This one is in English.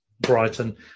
Brighton